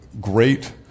great